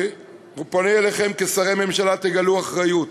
אני פונה אליכם כשרי ממשלה: תגלו אחריות.